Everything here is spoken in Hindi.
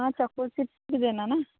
हाँ चॉकोचिप्स भी देना ना